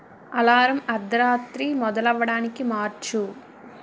alarm అర్ధరాత్రి మొదలవ్వడానికి మార్చు